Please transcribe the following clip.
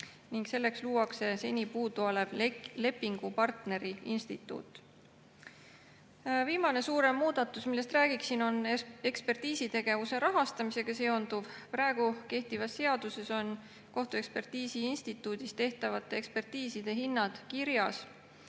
ning selleks luuakse seni puuduolev lepingupartneri instituut. Viimane suurem muudatus, millest räägiksin, on ekspertiisitegevuse rahastamisega seonduv. Kehtivas seaduses on kohtuekspertiisi instituudis tehtavate ekspertiiside hinnad seaduse